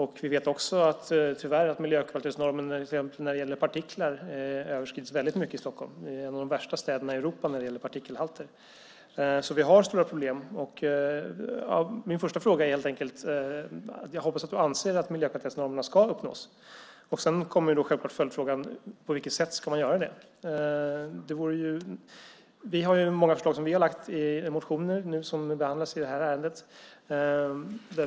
Vi vet tyvärr också att miljökvalitetsnormen när det till exempel gäller partiklar överskrids väldigt mycket i Stockholm. Det är en av de värsta städerna i Europa när det gäller partikelhalter, så vi har stora problem. Min första fråga är helt enkelt: Du anser väl att miljökvalitetsnormerna ska uppnås? Det hoppas jag. Sedan kommer självklart följdfrågan: På vilket sätt ska man göra det? Vi har lagt fram många förslag i motioner som nu behandlas i det här ärendet.